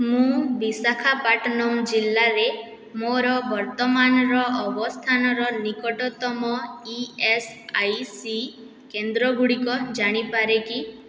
ମୁଁ ବିଶାଖାପଟନମ୍ ଜିଲ୍ଲାରେ ମୋର ବର୍ତ୍ତମାନର ଅବସ୍ଥାନର ନିକଟତମ ଇ ଏସ୍ ଆଇ ସି କେନ୍ଦ୍ର ଗୁଡ଼ିକ ଜାଣିପାରେ କି